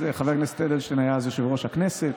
חבר הכנסת אדלשטיין היה אז יושב-ראש הכנסת,